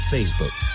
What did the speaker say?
Facebook